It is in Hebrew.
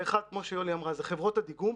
האחד, כמו שיולי אמרה, הוא חברות הדיגום.